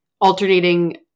alternating –